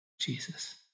Jesus